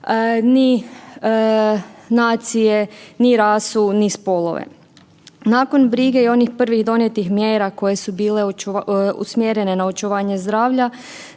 ni nacije, ni rasu, ni spolove. Nakon brige i onih prvih donijetih mjera koje su bile usmjerene na očuvanje zdravlja,